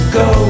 go